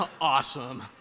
Awesome